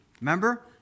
Remember